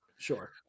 Sure